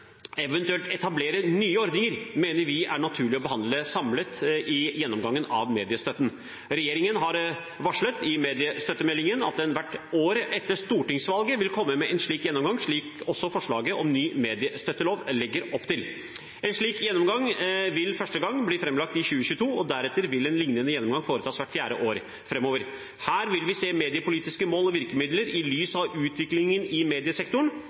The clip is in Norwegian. eventuelt å etablere nye ordninger, mener vi er naturlig å behandle samlet i gjennomgangen av mediestøtten. Regjeringen har varslet i mediestøttemeldingen at den hvert år etter stortingsvalg vil komme med en slik gjennomgang, slik også forslaget om ny mediestøttelov legger opp til. En slik gjennomgang vil første gang bli framlagt i 2022, og deretter vil en lignende gjennomgang foretas hvert fjerde år framover. Her vil vi se mediepolitiske mål og virkemidler i lys av utviklingen i mediesektoren